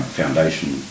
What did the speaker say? foundation